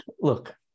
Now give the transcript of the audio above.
look